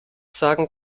sagen